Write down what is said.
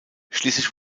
schließlich